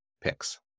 picks